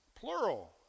plural